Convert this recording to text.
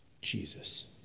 Jesus